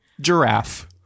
giraffe